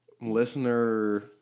listener